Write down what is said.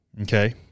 Okay